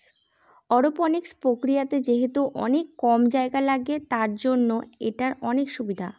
aeroponics প্রক্রিয়াতে যেহেতু অনেক কম জায়গা লাগে, তার জন্য এটার অনেক সুবিধা